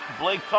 Blake